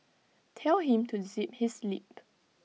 tell him to zip his lip